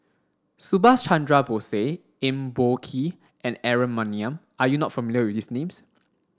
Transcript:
Subhas Chandra Bose Eng Boh Kee and Aaron Maniam are you not familiar with these names